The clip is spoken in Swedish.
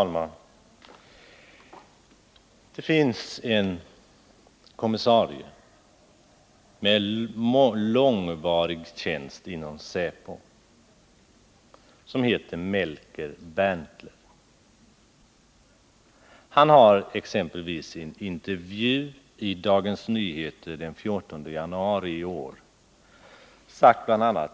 Fru talman! En kommissarie med långvarig tjänst inom säpo, Melker Benrntler, har i en intervju i Dagens Nyheter den 14 januari i år svarat